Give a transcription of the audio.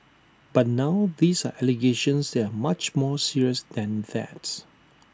but now these are allegations that are much more serious than that